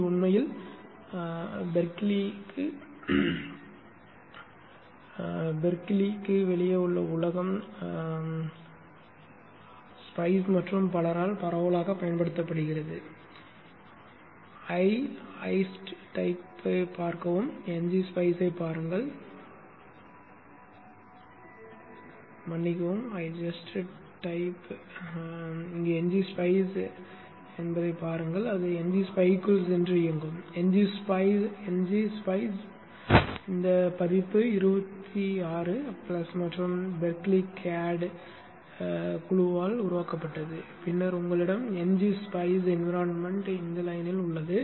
இது உண்மையில் பெர்க்லிக்கு வெளியே உள்ள உலகம் குழுவால் உருவாக்கப்பட்டது பின்னர் உங்களிடம் ngSpice சூழல் வரியில் உள்ளது